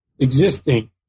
existing